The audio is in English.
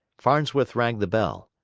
farnsworth rang the bell.